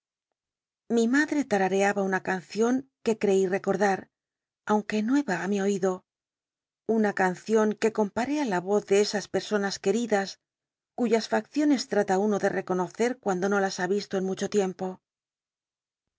i madre lmareaba una cancion que creí recordar aunque nue a ü mi oido una cancion que compar é í la voz de esas personas c ueridas cuyas facciones trata uno de reconoccr cuando no las ha visto en mucho tiempo